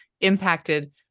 impacted